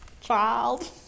child